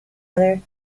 other